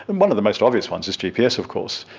and one of the most obvious one is is gps of course.